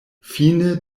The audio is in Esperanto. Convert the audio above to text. fine